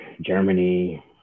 germany